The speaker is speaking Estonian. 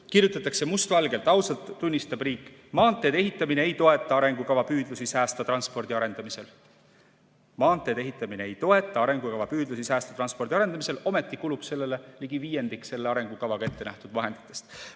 kirjutatakse mustvalgelt, riik ausalt tunnistab, et "maanteede ehitamine ei toeta arengukava püüdlusi säästva transpordi arendamisel". Maanteede ehitamine ei toeta arengukava püüdlusi säästva transpordi arendamisel, ometi kulub sellele ligi viiendik selle arengukavaga ettenähtud vahenditest.